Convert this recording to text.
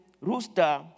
rooster